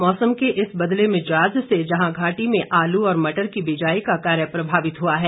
मौसम के इस बदले मिजाज़ से जहां घाटी में आलू और मटर की बिजाई का कार्य प्रभावित हुआ है